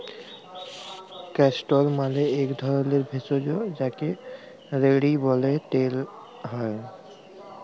castor মালে এক ধরলের ভেষজ যাকে রেড়ি ব্যলে তেল হ্যয়